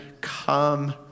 Come